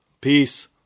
Peace